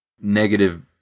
negative